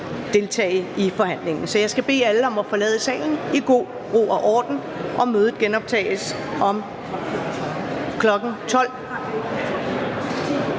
Så jeg skal bede alle om at forlade salen i god ro og orden. Mødet genoptages kl.